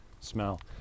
smell